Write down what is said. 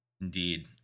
Indeed